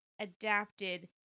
adapted